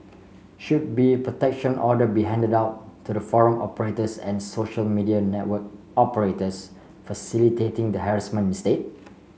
should be protection order be handed out to the forum operators and social media network operators facilitating the harassment instead